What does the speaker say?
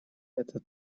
это